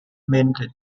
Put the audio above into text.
manned